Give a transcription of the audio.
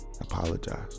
Apologize